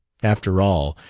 after all,